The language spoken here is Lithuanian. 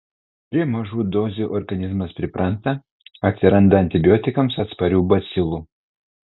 prie mažų dozių organizmas pripranta atsiranda antibiotikams atsparių bacilų